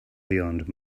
beyond